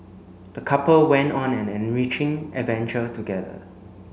the couple went on an enriching adventure together